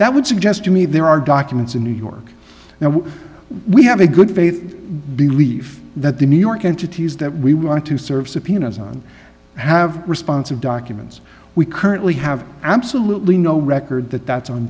that would suggest to me there are documents in new york now we have a good faith belief that the new york entities that we want to serve subpoenas on have responsive documents we currently have absolutely no record that that's